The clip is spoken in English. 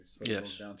Yes